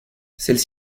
celles